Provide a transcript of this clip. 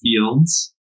fields